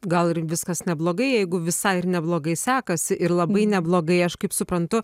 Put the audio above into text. gal ir viskas neblogai jeigu visai ir neblogai sekasi ir labai neblogai aš kaip suprantu